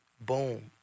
Boom